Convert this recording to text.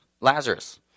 Lazarus